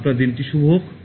আপনার দিনটি শুভ হোক